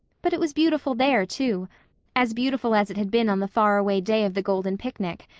but it was beautiful there, too as beautiful as it had been on the faraway day of the golden picnic,